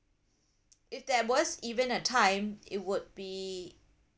if there was even a time it would be